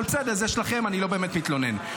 אבל בסדר, אני לא באמת מתלונן.